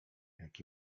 jak